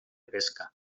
pesca